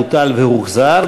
בוטל והוחזר,